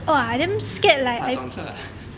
怕撞车 ah